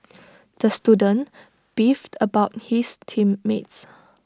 the student beefed about his team mates